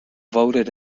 voted